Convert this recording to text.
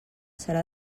serà